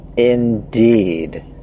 Indeed